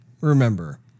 remember